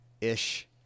ish